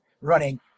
running